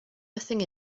nothing